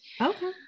Okay